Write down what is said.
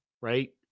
right